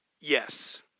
Yes